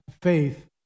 faith